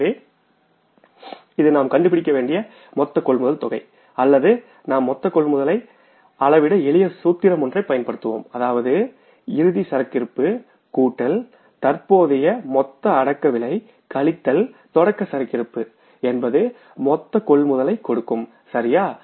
எனவே இது நாம் கண்டுபிடிக்க வேண்டிய மொத்த கொள்முதல் தொகை அல்லது நாம் மொத்த கொள்முதலை அளவிட எளிய சூத்திரம் ஒன்றை பயன்படுத்துவோம் அதாவது இறுதி சரக்கிருப்பு கூட்டல் தற்போதைய மொத்த அடக்கவிலை விற்பனை விலை கழித்தல் தொடக்க சரக்கிருப்பு என்பது மொத்த கொள்முதலை கொடுக்கும்சரியா